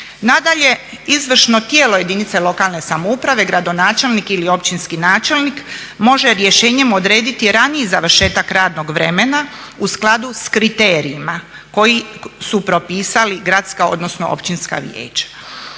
Nadalje, izvršno tijelo jedinice lokalne samouprave, gradonačelnik ili općinski načelnik može rješenjem odrediti raniji završetak radnog vremena u skladu s kriterijima koji su propisali gradska odnosno općinska vijeća.